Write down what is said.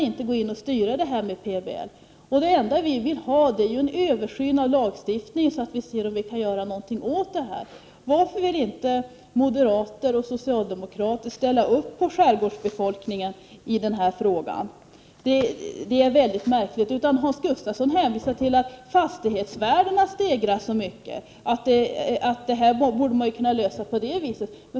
Det går inte att styra via PBL. Det enda vi vill ha är en översyn av lagstiftningen så att vi ser om det går att göra något åt det. Varför vill inte moderater och socialdemokrater ställa upp för skärgårdsbefolkningen i den frågan? Det är mycket märkligt. Hans Gustafsson hänvisar till att fastighetsvärdena stegras så mycket och att detta borde kunna lösas på så sätt.